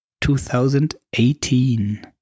2018